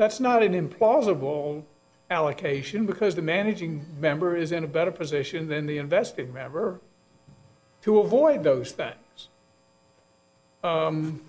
that's not an implausible allocation because the managing member is in a better position than the invested member to avoid those that and